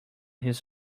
his